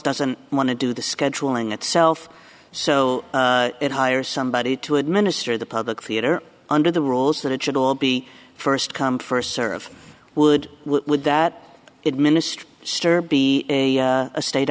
doesn't want to do the scheduling itself so it hire somebody to administer the public theater under the rules that it should all be first come first serve would would that it minister stirrer be a state